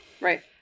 Right